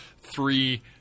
three